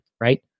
right